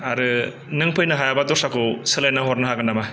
आरो नों फैनो हायाबा दस्राखौ सोलायना हरनो हागोन नामा